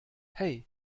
hey